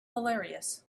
hilarious